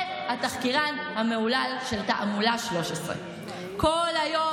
זה התחקירן המהולל של תעמולת 13. כל היום